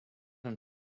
hun